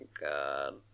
God